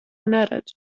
neredzu